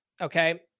Okay